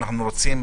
אנחנו רוצים